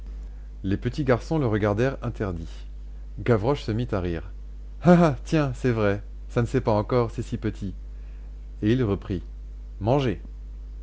les petits garçons le regardèrent interdits gavroche se mit à rire ah tiens c'est vrai ça ne sait pas encore c'est si petit et il reprit mangez